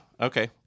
Okay